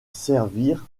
servir